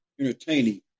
entertaining